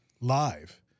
live